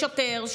שוטר,